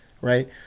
Right